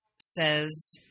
says